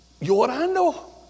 llorando